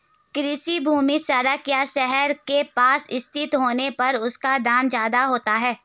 कृषि भूमि सड़क या शहर के पास स्थित होने पर उसका दाम ज्यादा होता है